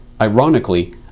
ironically